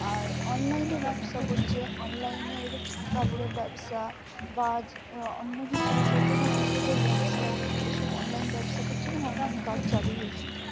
আর অনলাইনে ব্যবসা করছে অনলাইনের কাপড়ের ব্যবসা বা আজ অন্য কিছু যে কোনো ওষুধের ব্যবসা এসব অনলাইন ব্যবসা করছে এবং অনলাইন কাজ চালু হয়েছে